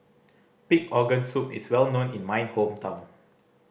pig organ soup is well known in my hometown